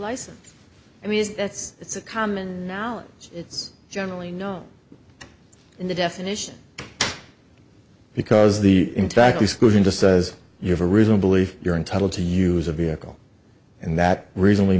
license i mean that's it's a common knowledge it's generally known in the definition because the intact use goes into says you have a reason to believe you're entitled to use a vehicle and that recently